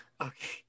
Okay